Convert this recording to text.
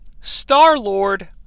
Star-Lord